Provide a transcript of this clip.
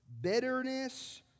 bitterness